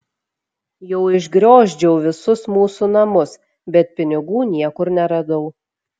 jau išgriozdžiau visus mūsų namus bet pinigų niekur neradau